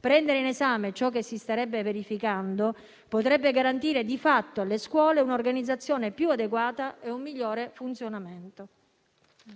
Prendere in esame ciò che si starebbe verificando potrebbe garantire di fatto alle scuole un'organizzazione più adeguata e un migliore funzionamento.